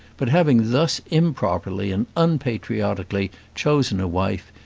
but having thus improperly and unpatriotically chosen a wife,